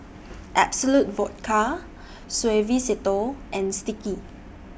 Absolut Vodka Suavecito and Sticky